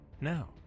Now